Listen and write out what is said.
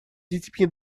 детьми